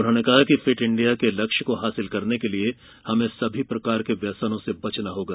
उन्होंने कहा कि फिट इंडिया के लक्ष्य को हासिल करने के लिए हमें सभी प्रकार के व्यसनों से बचना होगा